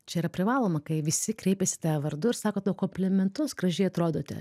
čia yra privaloma kai visi kreipiasi vardu ir sako tau komplimentus gražiai atrodote